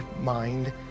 mind